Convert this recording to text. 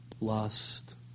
lust